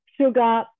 sugar